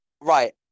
Right